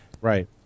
Right